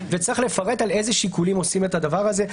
וצריך לפרט על איזה שיקולים עושים את הדבר הזה.